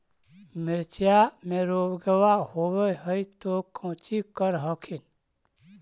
मिर्चया मे रोग्बा होब है तो कौची कर हखिन?